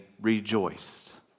rejoiced